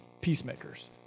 peacemakers